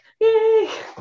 Yay